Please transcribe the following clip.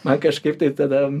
man kažkaip tai tada